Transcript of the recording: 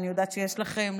אני יודעת שיש לכם,